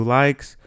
likes